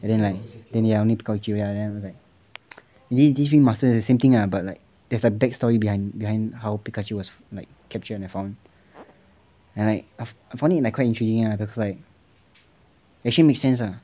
and like then ya he got pikachu then after that like this this ringmaster is like the same thing lah there's a back story behind behind how pikachu was like captured and like found and like I found it I found it like intriguing ah cause like actually makes sense lah